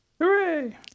Hooray